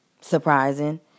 surprising